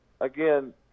again